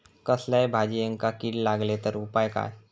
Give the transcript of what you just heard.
कसल्याय भाजायेंका किडे लागले तर उपाय काय?